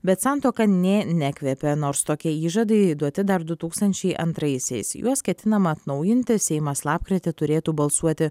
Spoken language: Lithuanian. bet santuoka nė nekvepia nors tokie įžadai duoti dar du tūkstančiai antraisiais juos ketinama atnaujinti seimas lapkritį turėtų balsuoti